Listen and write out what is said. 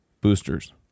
boosters